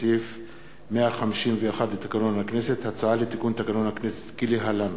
הצעת ועדת הכנסת לתיקון תקנון הכנסת כלהלן: